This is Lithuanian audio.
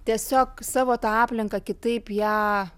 tiesiog savo tą aplinką kitaip ją